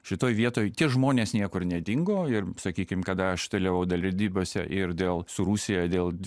šitoj vietoj tie žmonės niekur nedingo ir sakykim kada aš toliau derybose ir dėl su rusija dėl